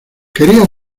quería